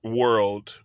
world